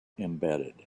embedded